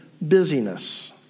busyness